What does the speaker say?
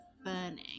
burning